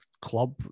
club